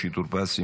משה טור-פז,